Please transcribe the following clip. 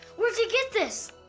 where'd you get this?